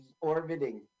orbiting